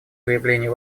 выявлению